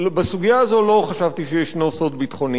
ובסוגיה הזו לא חשבתי שיש סוד ביטחוני,